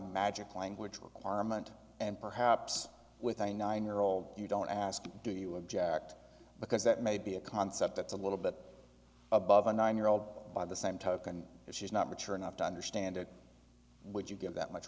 magic language acquirement and perhaps with a nine year old you don't ask do you object because that may be a concept that's a little bit above a nine year old by the same token if she's not mature enough to understand it would you give that much